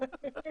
תקנות לביצועו".